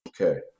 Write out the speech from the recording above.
Okay